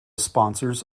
sponsors